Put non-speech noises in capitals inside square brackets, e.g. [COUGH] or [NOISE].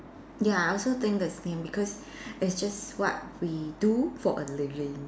ya I also think the same because [BREATH] it's just what we do for a living